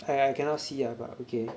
I I cannot see lah but okay